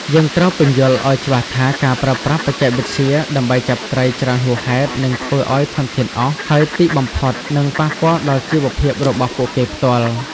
យើងត្រូវពន្យល់ឲ្យច្បាស់ថា ការប្រើប្រាស់បច្ចេកវិទ្យាដើម្បីចាប់ត្រីច្រើនហួសហេតុ នឹងធ្វើឲ្យធនធានអស់ ហើយទីបំផុតនឹងប៉ះពាល់ដល់ជីវភាពរបស់ពួកគេផ្ទាល់។